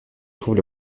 trouve